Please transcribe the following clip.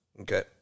Okay